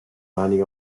many